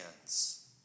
hands